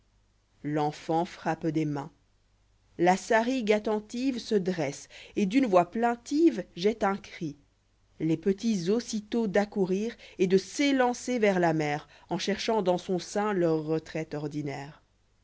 enfant frappe des mains la sarigue attentive se dresse et d'une voix plaintive jette un cri les petits aussitôt d'àccoùrir et de s'élancer vers là mère en cherchant dans son sein leur retïaitë ordinaire